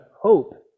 hope